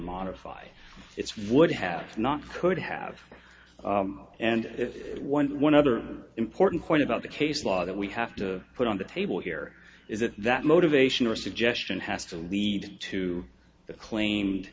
modify its would have not could have and if one one other important point about the case law that we have to put on the table here is that that motivation or suggestion has to lead to the claimed